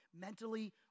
mentally